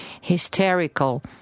hysterical